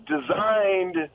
designed